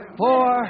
four